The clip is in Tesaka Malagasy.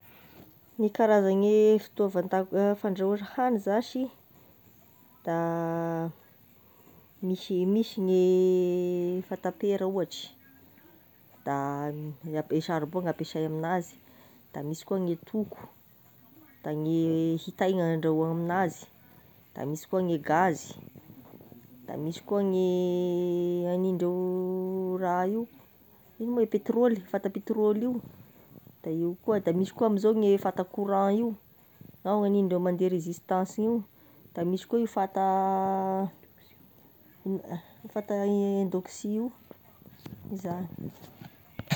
Gne karazagny e fitaovan-dak- fandrahoa hany zashy, da misy misy gne fatapera ohatry, da gn'ampe- saribao gn'ampiasay aminazy, da misy koa gne toko da gne hitay no andrahoa aminazy, da misy koa gne gaz, da misy koa gne hanindreo raha io, ino ma e petrôly, fata petrôly io, da io koa misy koa amzao gne fata courant ao hanindreo mandeha resistance io, de misy koa io fata fata indoksy io.